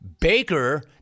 Baker